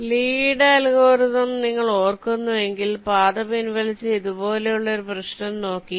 അതിനാൽ ലീയുടെ അൽഗോരിതം നിങ്ങൾ ഓർക്കുന്നുവെങ്കിൽ പാത പിൻവലിച്ച ഇതുപോലുള്ള ഒരു പ്രശ്നം നോക്കി